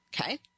okay